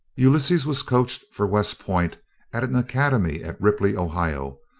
ulysses was coached for west point at an academy at ripley, ohio,